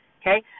Okay